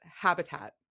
habitat